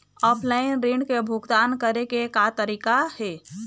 Offline ऋण के भुगतान करे के का तरीका हे?